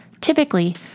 Typically